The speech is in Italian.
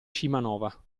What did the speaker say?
scimanova